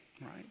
right